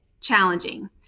challenging